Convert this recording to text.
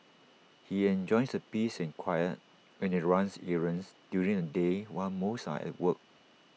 he enjoys the peace and quiet when he runs errands during the day while most are at work